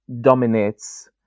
dominates